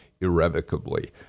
irrevocably